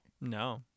No